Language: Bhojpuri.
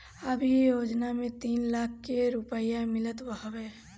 अब इ योजना में तीन लाख के रुपिया मिलत हवे